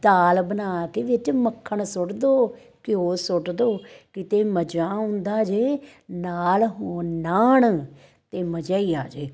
ਦਾਲ ਬਣਾ ਕੇ ਵਿੱਚ ਮੱਖਣ ਸੁੱਟ ਦਿਉ ਘਿਓ ਸੁੱਟ ਦਿਉ ਕਿਤੇ ਮਜ਼ਾ ਆਉਂਦਾ ਜੇ ਨਾਲ ਹੋਣ ਨਾਨ ਤਾਂ ਮਜਾ ਹੀ ਆ ਜੇ